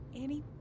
Annie